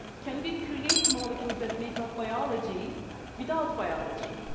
can we create the molecules that make up biology without biology?